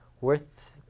worth